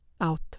Out